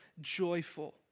joyful